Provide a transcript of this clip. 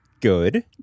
Good